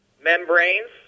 membranes